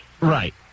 Right